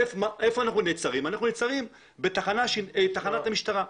אנחנו נעצרים בתחנת המשטרה.